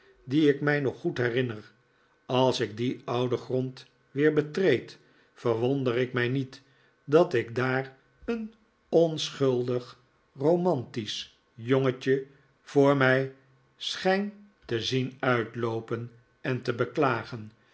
die ik mij nog goed herinner als ik dien ouden grond weer betreed verwonder ik mij niet dat ik daar een onschuldig romantisch jongetje voor mij schijn te zien uitloopen en te beklagen